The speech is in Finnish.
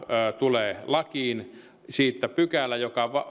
tulee lakiin pykälä joka